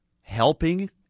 helping